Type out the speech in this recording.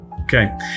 okay